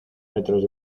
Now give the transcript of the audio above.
metros